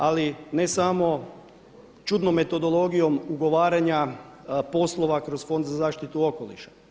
Ali ne samo čudnom metodologijom ugovaranja poslova kroz Fond za zaštitu okoliša.